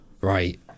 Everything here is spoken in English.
right